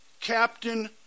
Captain